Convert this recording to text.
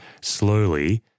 slowly